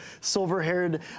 silver-haired